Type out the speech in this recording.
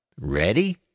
Ready